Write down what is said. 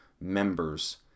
members